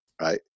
right